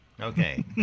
Okay